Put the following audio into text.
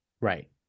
right